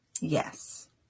Yes